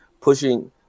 pushing